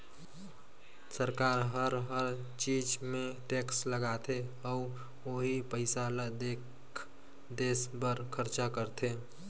सरकार हर हर चीच मे टेक्स लगाथे अउ ओही पइसा ल देस बर खरचा करथे